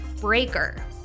Breaker